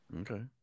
Okay